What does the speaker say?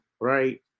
right